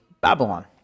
Babylon